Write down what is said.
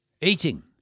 Eating